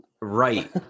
right